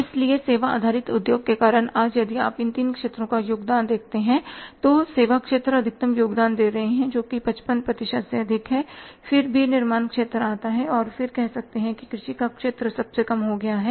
इसलिए सेवा आधारित उद्योग के कारण आज यदि आप इन तीन क्षेत्रों का योगदान देखते हैं तो सेवा क्षेत्र अधिकतम योगदान दे रहा है जोकि 55 प्रतिशत से अधिक है फिर विनिर्माण क्षेत्र आता है और कह सकते हैं कि कृषि का योगदान सबसे कम हो गया है